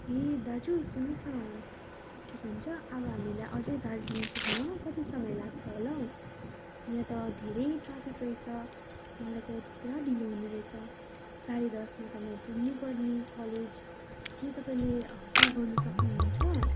ए दाजु सुन्नुहोस् न के भन्छ अब हामीलाई अझै दार्जिलिङ पुग्न कति समय लाग्छ होला हौ यहाँ त धेरै नै ट्राफिक रहेछ मलाई त पुरा ढिलो हुनेरहेछ साढे दसमा त म पुग्नैपर्ने कलेज कि तपाईँले केही गर्न सक्नुहुन्छ